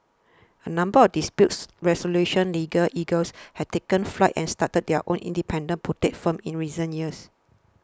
a number of dispute resolution legal eagles have taken flight and started their own independent boutique firms in recent years